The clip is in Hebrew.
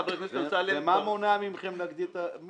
חבר הכנסת אמסלם --- ומה מונע מכם להגדיל את הקיבולת?